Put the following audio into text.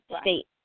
state